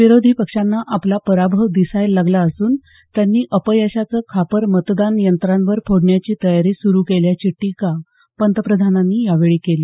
विरोधी पक्षांना आपला पराभव दिसायला लागला असून त्यांनी अपयशाचं खापर मतदानयंत्रांवर फोडण्याची तयारी सुरू केल्याची टीका पंतप्रधानांनी यावेळी केली